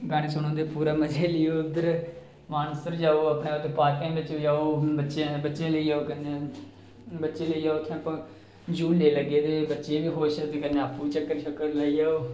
गाने सुनन दे पूरे मज़े लैओ उद्धर मानसर जाओ उद्धर अपने पार्कें बिच्च जाओ बच्चें बच्चें गी लेई जाओ कन्नै बच्चे लेई जाओ उत्थें झूले लग्गे दे बच्चे बी खुश ते कन्नै आपूं बी चक्कर शक्कर लाई आओ